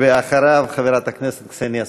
ואחריו, חברת הכנסת קסניה סבטלובה.